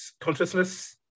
consciousness